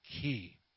key